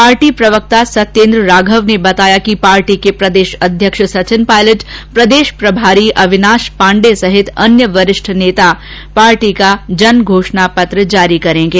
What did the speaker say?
party प्रवक्ता सत्येन्द्र राघव ने बताया कि पार्टी के प्रदेश अध्यक्ष सचिन पायलट प्रदेश प्रभारी अविनाश पांडे सहित अन्य वरिष्ठ नेता पार्टी का जन घोषणा पत्र जारी करेंगे